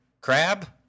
Crab